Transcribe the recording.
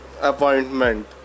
appointment